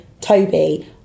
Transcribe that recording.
Toby